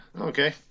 Okay